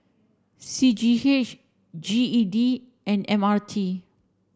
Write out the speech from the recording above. C G H G E D and M R T